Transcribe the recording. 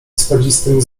spadzistym